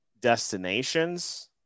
destinations